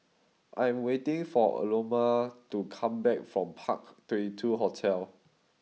I am waiting for Aloma to come back from Park Twenty Two Hotel